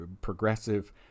progressive